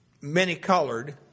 many-colored